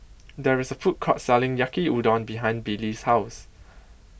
There IS A Food Court Selling Yaki Udon behind Billy's House